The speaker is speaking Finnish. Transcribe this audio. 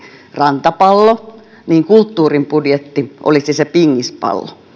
rantapallo niin kulttuurin budjetti olisi se pingispallo